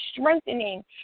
strengthening